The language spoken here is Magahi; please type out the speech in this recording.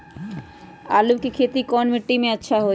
आलु के खेती कौन मिट्टी में अच्छा होइ?